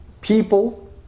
People